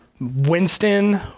Winston